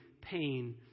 pain